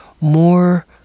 more